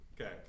Okay